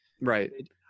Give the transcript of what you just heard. Right